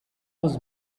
was